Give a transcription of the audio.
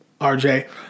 RJ